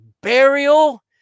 burial